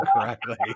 correctly